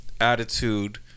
attitude